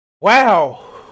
Wow